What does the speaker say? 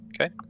Okay